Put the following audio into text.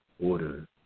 order